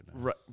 right